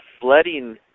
flooding